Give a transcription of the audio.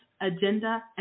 agenda